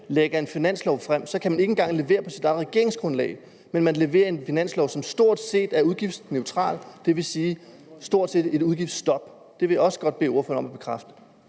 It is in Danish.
fremsætter et finanslovforslag, kan man ikke engang levere sit eget regeringsgrundlag, men leverer en finanslov, som stort set er udgiftsneutral, dvs. stort set betyder et udgiftsstop. Det vil jeg også gerne bede ordføreren om at bekræfte.